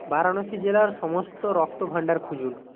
বারাণসী জেলার সমস্ত রক্তভাণ্ডার খুঁজুন